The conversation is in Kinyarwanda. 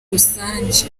rusange